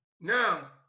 Now